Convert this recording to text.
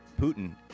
Putin